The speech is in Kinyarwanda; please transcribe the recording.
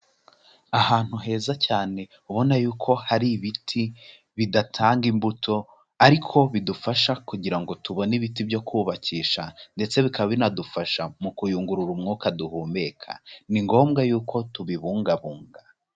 Ahantu heza cyane, ubona yuko hari ibiti bidatanga imbuto, ariko bidufasha kugira ngo tubone ibiti byo kubakisha, ndetse bikaba binadufasha mu kuyungurura umwuka duhumeka, ni ngombwa yuko tubibungabunga.